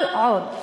כל עוד